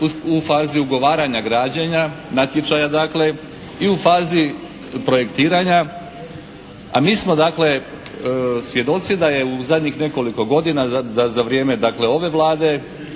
u fazi ugovaranja građenja, natječaja dakle i u fazi projektiranja a mi smo dakle svjedoci da je u zadnjih nekoliko godina da za vrijeme dakle ove Vlade